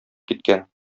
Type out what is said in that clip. киткән